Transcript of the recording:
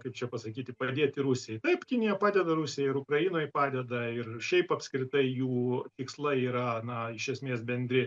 kaip čia pasakyti padėti rusijai taip kinija padeda rusijai ir ukrainoj padeda ir šiaip apskritai jų tikslai yra na iš esmės bendri